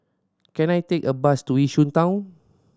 can I take a bus to Yishun Town